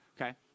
okay